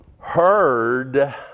Heard